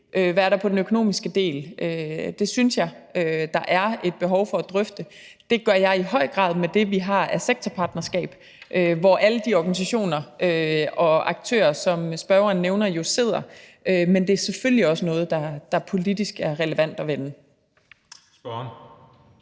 hvad der er på den økonomiske del. Det synes jeg der er et behov for at drøfte. Det gør jeg i høj grad med det, vi har af sektorpartnerskaber, hvor alle de organisationer og aktører, som spørgeren nævner, jo sidder. Men det er selvfølgelig også noget, der politisk er relevant at vende. Kl.